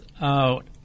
out